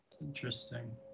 Interesting